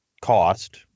cost